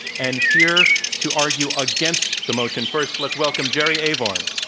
and here to argue against the motion first, let's welcome jerry avorn.